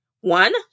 one